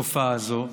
לתופעה הזאת,